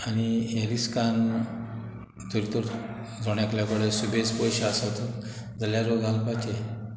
आनी हे रिस्कान थंय तर जोण्याकल्या कडेन सुबेज पयशे आसोत जाल्यारूय घालपाचे